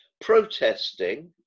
protesting